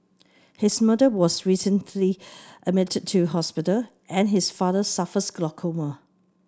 his mother was recently admitted to hospital and his father suffers glaucoma